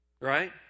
right